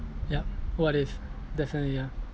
yup what if definitely yeah